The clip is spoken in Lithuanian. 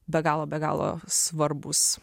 be galo be galo svarbūs